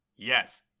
Yes